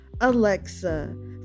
Alexa